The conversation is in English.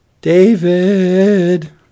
David